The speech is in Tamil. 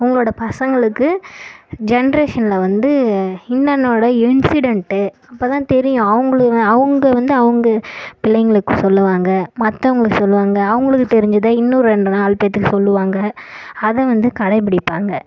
உங்களோடய பசங்களுக்கு ஜென்ட்ரேஷனில் வந்து இன்னன்னோட இன்சிடென்ட்டு அப்போ தான் தெரியும் அவங்களுக்கு அவங்க வந்து அவங்க பிள்ளைங்களுக்கு சொல்லுவாங்க மற்றவங்களுக்கு சொல்லுவாங்க அவங்களுக்கு தெரிஞ்சதை இன்னும் ரெண்டு நாலு பேர்துக்கு சொல்லுவாங்க அதை வந்து கடைப்பிடிப்பாங்க